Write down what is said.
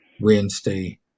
Wednesday